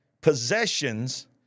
possessions